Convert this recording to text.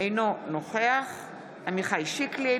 אינו נוכח עמיחי שיקלי,